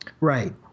Right